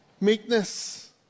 Meekness